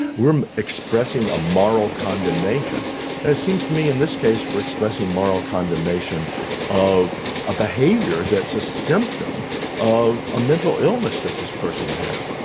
expressing a moral condemnation and it seems to me in this case we are expressing moral condemnation of a behaviour that's a symptom of a mental illness that this person has.